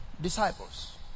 Disciples